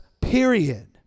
period